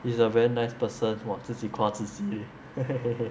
is a very nice person !wah! 自己夸自己